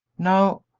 now,